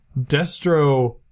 Destro